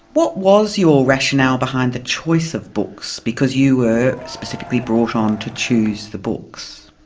what was your rationale behind the choice of books, because you were specifically brought on to choose the books.